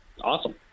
Awesome